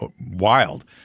wild